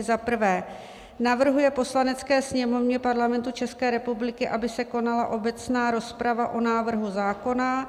1. navrhuje Poslanecké sněmovně Parlamentu České republiky, aby se konala obecná rozprava o návrhu zákona;